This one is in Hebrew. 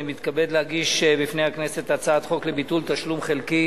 אני מתכבד להגיש בפני הכנסת הצעת חוק לביטול תשלום חלקי